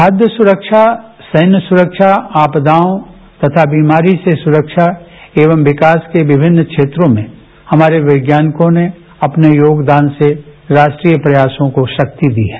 खाद्य सुरक्षा सैन्य सुरक्षा आपदाओं और बीमारी से सुरक्षा एवं विकास के लिये विभिन्न क्षेत्रों में हमारे वैज्ञानिकों ने अपने योगदान से राष्ट्रीय प्रयासों से शक्ति दी है